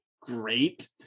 Great